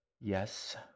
Yes